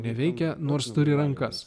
neveikia nors turi rankas